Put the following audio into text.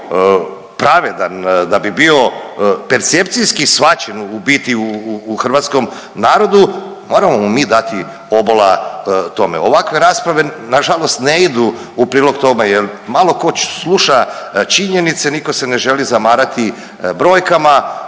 da bi bio percepcijski shvaćen u biti u hrvatskom narodu, moramo mi dati obola tome. Ovakve rasprave nažalost ne idu u prilog tome jer malo tko sluša činjenice, nitko se ne želi zamarati brojkama